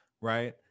right